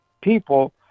people